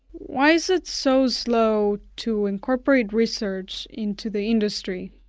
why is it so slow to incorporate research into the industry?